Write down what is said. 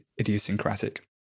idiosyncratic